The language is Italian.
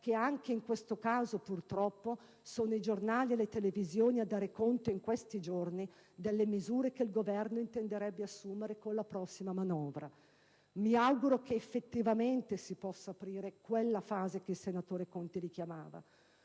che anche in tal caso sono purtroppo i giornali e le televisioni a dare conto in questi giorni delle misure che il Governo intenderebbe assumere con la prossima manovra. Mi auguro che, effettivamente, si possa aprire quella fase che il senatore Conti richiamava.